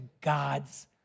God's